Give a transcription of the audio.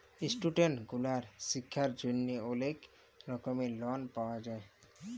student গুলার শিক্ষার জন্হে অলেক রকম লন পাওয়া যায়